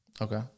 okay